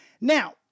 Now